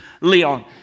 Leon